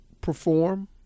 perform